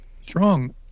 strong